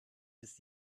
ist